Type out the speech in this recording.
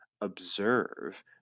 observe